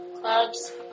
clubs